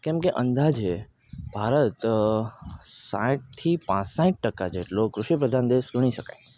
કેમ કે અંદાજે ભારત સાઠથી પાંસઠ ટકા જેટલો કૃષિપ્રધાન દેશ ગણી શકાય